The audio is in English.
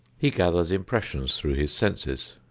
he gathers impressions through his senses.